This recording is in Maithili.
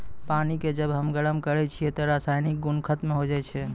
पानी क जब हम गरम करै छियै त रासायनिक गुन खत्म होय जाय छै